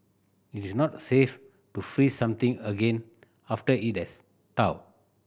it is not safe to freeze something again after it has thawed